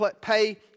pay